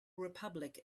republic